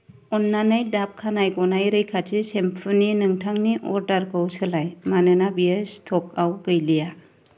अन्नानै दाभ खानाय गनाय रैखाथि सेम्पुनि नोंथांनि अर्डारखौ सोलाय मानोना बेयो स्टकआव गैलिया